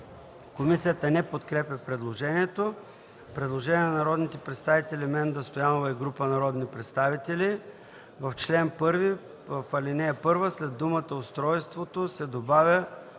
Комисията не подкрепя предложението. Предложение на народния представител Менда Стоянова и група народни представители: „В чл. 1: - в ал. 1 след думата „устройството” се добавя”